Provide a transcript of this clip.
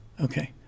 Okay